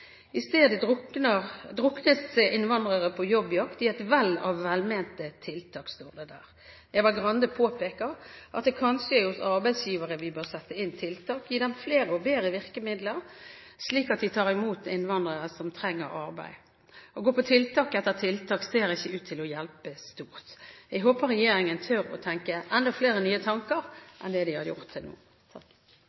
I stedet «druknes innvandrere på jobbjakt i et vell av velmente tiltak», står det der. Eva Grinde påpeker at det kanskje er hos arbeidsgivere vi bør sette inn tiltak, gi dem flere og bedre virkemidler slik at de tar imot innvandrere som trenger arbeid. Å gå på tiltak etter tiltak ser ikke ut til å hjelpe stort. Jeg håper regjeringen tør å tenke enda flere nye tanker